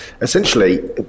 essentially